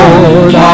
Lord